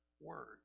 word